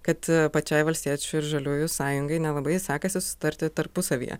kad pačiai valstiečių ir žaliųjų sąjungai nelabai sekasi sutarti tarpusavyje